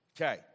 Okay